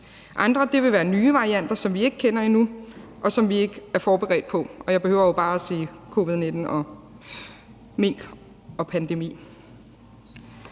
andre vil være nye varianter, som vi ikke kender endnu, og som vi ikke er forberedt på, og jeg behøver jo bare at sige covid-19, mink og pandemi.